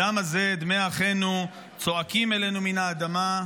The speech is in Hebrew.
הדם הזה, דמי אחינו צועקים אלינו מן האדמה,